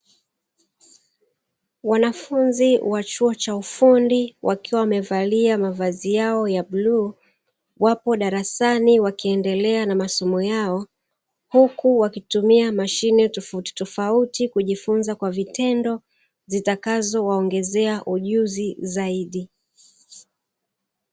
Wanafunzi wa chuo cha ufundi wakiwa wamevalia mavai yao ya bluu, wapo darasani wakiendelea na masomo yao, huku wakitumia mashine tofautitofauti kujifunza kwa vitendo zitakazowaongezea ujuzi zaidi.